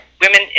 Women